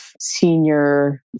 senior